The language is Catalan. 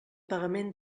pagament